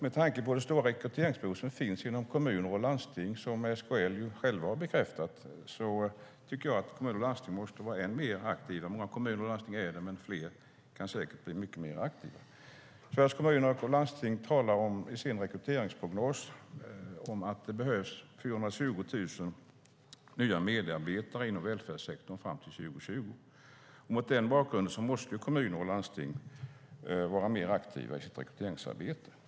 Med tanke på det stora rekryteringsbehovet inom kommuner och landsting, som SKL har bekräftat, tycker jag att kommuner och landsting måste vara än mer aktiva. Många kommuner och landsting är det, men fler kan säkert bli mycket mer aktiva. Sveriges Kommuner och Landsting talar i sin rekryteringsprognos om att det behövs 420 000 nya medarbetare inom välfärdssektorn fram till 2020. Mot den bakgrunden måste kommuner och landsting vara mer aktiva i sitt rekryteringsarbete.